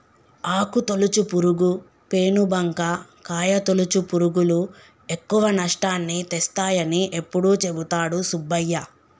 ఆకు తొలుచు పురుగు, పేను బంక, కాయ తొలుచు పురుగులు ఎక్కువ నష్టాన్ని తెస్తాయని ఎప్పుడు చెపుతాడు సుబ్బయ్య